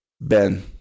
Ben